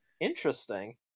interesting